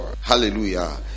hallelujah